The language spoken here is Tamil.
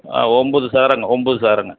ஒம்பது சதுரங்க ஒம்பது சதுரங்க